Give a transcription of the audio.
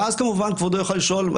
ואז כמובן כבודו יוכל לשאול,